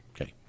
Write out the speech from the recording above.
Okay